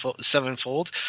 Sevenfold